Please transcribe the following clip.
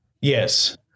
Yes